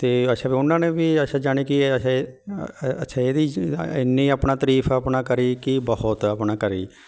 ਅਤੇ ਅੱਛਾ ਵ ਉਹਨਾਂ ਨੇ ਵੀ ਅੱਛਾ ਯਾਨੀ ਕਿ ਅੱਛਾ ਅੱਛਾ ਇਹਦੀ ਇੰਨੀ ਆਪਣਾ ਤਾਰੀਫ ਆਪਣਾ ਕਰੀ ਕਿ ਬਹੁਤ ਆਪਣਾ ਕਰੀ